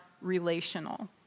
relational